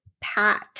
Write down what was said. pat